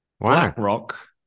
BlackRock